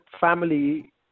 family